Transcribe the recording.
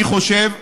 אני חושב,